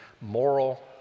moral